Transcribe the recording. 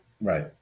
Right